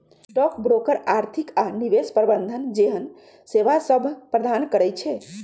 stock broker आर्थिक आऽ निवेश प्रबंधन जेहन सेवासभ प्रदान करई छै